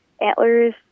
antlers